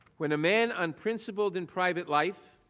when a man's and principal and private life,